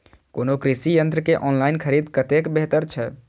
कोनो कृषि यंत्र के ऑनलाइन खरीद कतेक बेहतर छै?